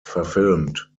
verfilmt